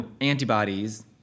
antibodies